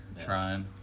trying